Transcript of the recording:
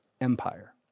empire